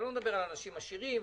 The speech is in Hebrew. אני לא מדבר על אנשים עשירים,